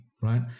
right